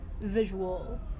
visual